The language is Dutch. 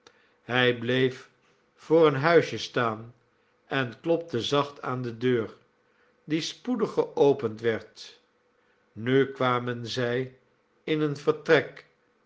hij bleef voor een huisje staan en klopte zacht aan de deur die spoedig geopend werd nu kwamen zij in een vertrek